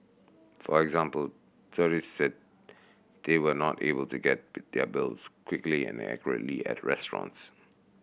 for example tourists said they were not able to get their bills quickly and accurately at restaurants